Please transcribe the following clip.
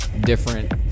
different